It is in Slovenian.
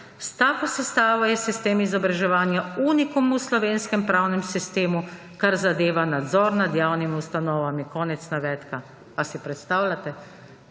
tako sestavo je sistem izobraževanja unicum v slovenskem pravne sistemu kar zadeva nadzor nad javnimi ustanovami.« Konec navedka. Ali si predstavljate?